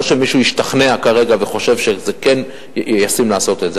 לא שמישהו השתכנע כרגע וחושב שזה כן ישים לעשות את זה.